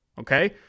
okay